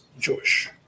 Jewish